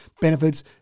benefits